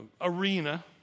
arena